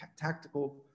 tactical